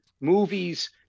movies